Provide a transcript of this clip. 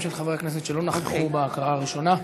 של חברי הכנסת שלא נכחו בהקראה הראשונה.